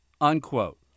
unquote